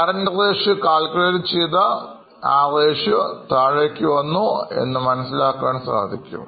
current ratio calculate ചെയ്താൽ ആ ratio താഴേക്കു വന്നുഎന്ന് മനസ്സിലാക്കാൻ സാധിക്കും